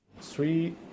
Three